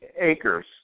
acres